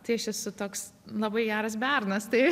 tai aš esu toks labai geras bernas tai